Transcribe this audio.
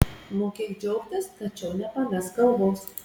mokėk džiaugtis tačiau nepamesk galvos